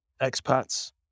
expats